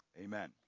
amen